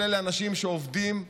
וכל אלה אנשים שעובדים באונר"א.